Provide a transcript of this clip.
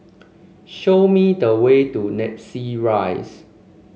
show me the way to Namly Rise